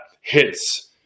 hits